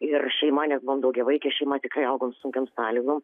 ir šeima nes buvom daugiavaikė šeima tikrai augom sunkiom sąlygom